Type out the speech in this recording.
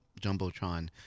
Jumbotron